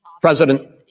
President